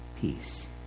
peace